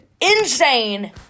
insane